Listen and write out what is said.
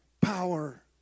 Power